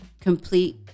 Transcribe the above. complete